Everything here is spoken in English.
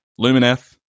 Lumineth